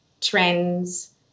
trends